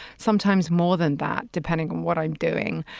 sometimes more than that depending on what i'm doing.